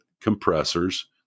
compressors